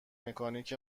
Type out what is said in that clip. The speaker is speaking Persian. مکانیک